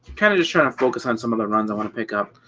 kind of just trying to focus on some of the runs i want to pick up